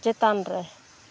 ᱪᱮᱛᱟᱱᱨᱮ